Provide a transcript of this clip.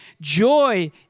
joy